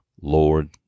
Lord